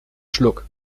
schluck